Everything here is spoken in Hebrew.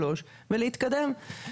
שלוש ולהתקדם.